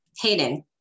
Hayden